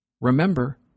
remember